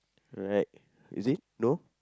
right is it no